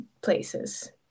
places